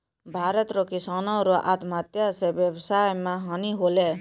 भारत रो किसानो रो आत्महत्या से वेवसाय मे हानी होलै